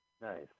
Nice